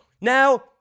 Now